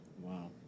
wow